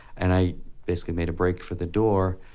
and i basically made a break for the door,